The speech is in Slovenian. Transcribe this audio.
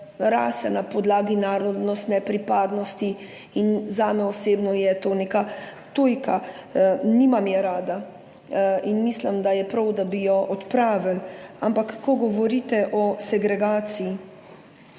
rase, na podlagi narodnostne pripadnosti in zame osebno je to neka tujka. Nimam je rada in mislim, da je prav, da bi jo odpravili. Ampak ko govorite o segregaciji,